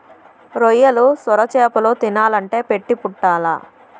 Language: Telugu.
రొయ్యలు, సొరచేపలు తినాలంటే పెట్టి పుట్టాల్ల